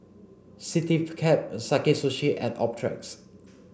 Citycab Sakae Sushi and Optrex